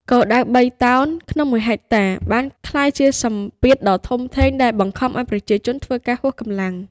គោលដៅ "៣ តោនក្នុងមួយហិកតា" បានក្លាយជាសម្ពាធដ៏ធំដែលបង្ខំឱ្យប្រជាជនធ្វើការហួសកម្លាំង។